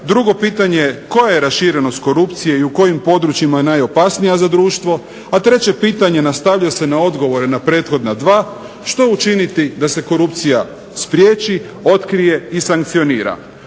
drugo pitanje je koja je raširenost korupcije i u kojim područjima je najopasnija za društvo, a treće pitanje nastavlja se na odgovore na prethodna dva, što učiniti da se korupcija spriječi, otkrije i sankcionira.